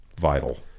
vital